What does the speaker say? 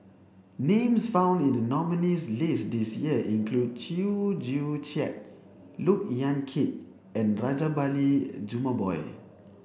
names found in the nominees' list this year include Chew Joo Chiat Look Yan Kit and Rajabali Jumabhoy